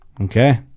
Okay